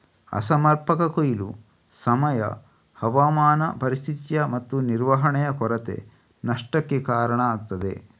ಅಸಮರ್ಪಕ ಕೊಯ್ಲು, ಸಮಯ, ಹವಾಮಾನ ಪರಿಸ್ಥಿತಿ ಮತ್ತು ನಿರ್ವಹಣೆಯ ಕೊರತೆ ನಷ್ಟಕ್ಕೆ ಕಾರಣ ಆಗ್ತದೆ